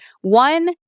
One